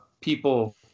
people